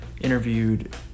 interviewed